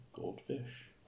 goldfish